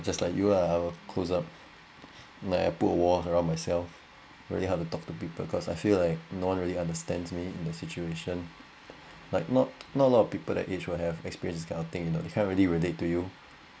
just like you lah closed up like I put a wall around myself really hard to talk to people cause I feel like no one really understands me in the situation like not not a lot of people that age would have experienced kind of thing you know you can't really relate to you